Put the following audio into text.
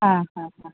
आं हां हां